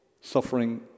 suffering